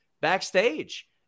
backstage